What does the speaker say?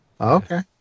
Okay